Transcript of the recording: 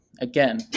Again